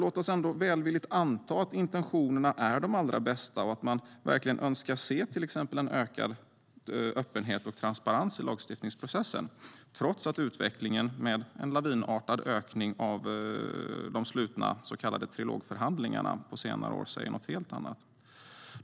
Låt oss ändå välvilligt anta att intentionerna är de allra bästa och att man verkligen önskar se till exempel en ökad öppenhet och transparens i lagstiftningsprocessen - trots att utvecklingen med en lavinartad ökning av slutna så kallade trilogförhandlingar på senare år säger något helt annat.